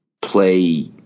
play